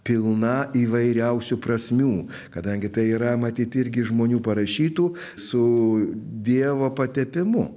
pilna įvairiausių prasmių kadangi tai yra matyt irgi žmonių parašytų su dievo patepimu